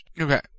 Okay